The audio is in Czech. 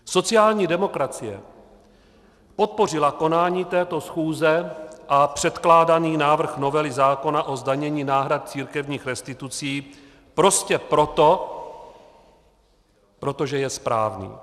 Sociální demokracie podpořila konání této schůze a předkládaný návrh novely zákona o zdanění náhrad církevních restitucí prostě proto, protože je správný.